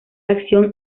acción